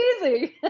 easy